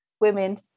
women